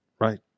right